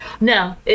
No